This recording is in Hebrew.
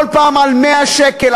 כל פעם על 100 שקלים,